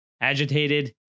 agitated